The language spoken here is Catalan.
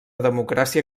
democràcia